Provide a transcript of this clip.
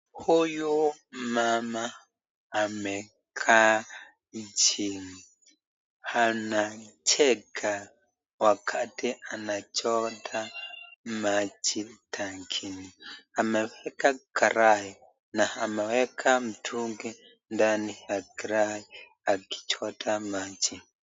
Huyu mama amekaa chini anacheka wakati anajota maji tangini ameweka karai na ameweka mtungi ndani ya karai akijota maji.